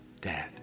dad